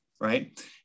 Right